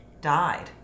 died